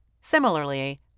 Similarly